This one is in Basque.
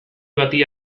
bati